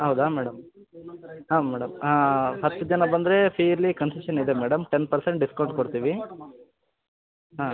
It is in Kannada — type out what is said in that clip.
ಹೌದಾ ಮೇಡಮ್ ಹಾಂ ಮೇಡಮ್ ಹತ್ತು ಜನ ಬಂದರೆ ಫೇರ್ಲಿ ಕನ್ಸೆಷನ್ ಇದೆ ಮೇಡಮ್ ಟೆನ್ ಪರ್ಸೆಂಟ್ ಡಿಸ್ಕೌಂಟ್ ಕೊಡ್ತೀವಿ ಹಾಂ